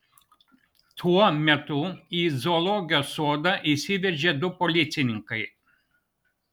tuo metu į zoologijos sodą įsiveržė du policininkai